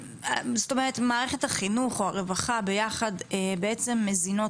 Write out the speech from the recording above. מערכת החינוך או הרווחה ביחד בעצם מזינות